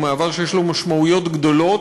הוא מעבר שיש לו משמעויות גדולות,